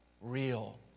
real